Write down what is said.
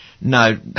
No